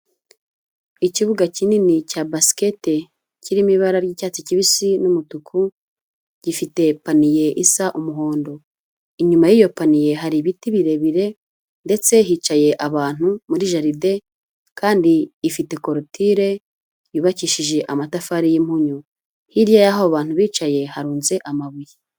Ikibuga kinini cya basikete kiri mu ibara ry'icyatsi kibisi n'umutuku gifite paniye isa umuhondo, inyuma y'iyo paniye hari ibiti birebire ndetse hicaye abantu muri jaride kandi ifite korutire yubakishije amatafari y'impunyu, hirya y'aho abantu bicaye harunze amabuye.